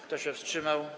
Kto się wstrzymał?